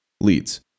Leads